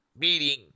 meeting